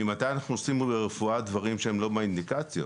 ממתי אנחנו עושים ברפואה דברים שהם לא באינדיקציות?